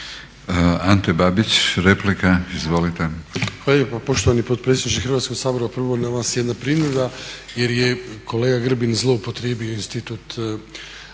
Ante Babić, replika. Izvolite.